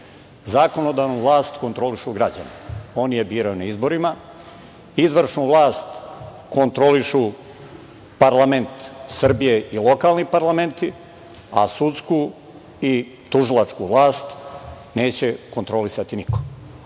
zakonodavnu vlast kontrolišu građani. Oni je biraju na izborima. Izvršnu vlast kontrolišu parlament Srbije i lokalni parlamenti, a sudsku i tužilačku vlast neće kontrolisati niko.